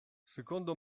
secondo